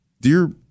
dear